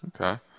Okay